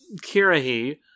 Kirahi